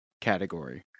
category